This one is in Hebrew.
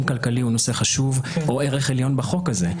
כלכלי הוא נושא חשוב או ערך עליון בחוק הזה,